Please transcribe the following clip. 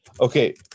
okay